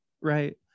right